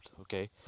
okay